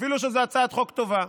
אפילו שזאת הצעת חוק טובה.